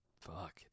Fuck